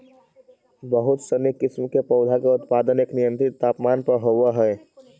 बहुत सनी किस्म के पौधा के उत्पादन एक नियंत्रित तापमान पर होवऽ हइ